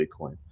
Bitcoin